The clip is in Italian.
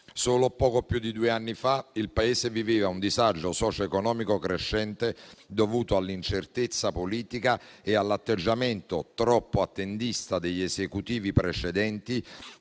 Solo poco più di due anni fa il Paese viveva un disagio socio-economico crescente dovuto all'incertezza politica e all'atteggiamento troppo attendista degli Esecutivi precedenti,